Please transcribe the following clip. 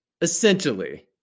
Essentially